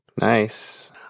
Nice